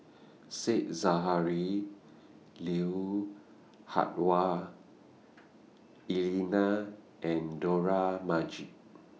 Said Zahari Lui Hah Wah Elena and Dollah Majid